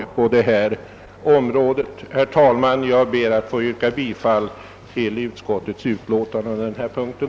Herr talman! Jag ber att få yrka bifall till utskottets hemställan.